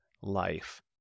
life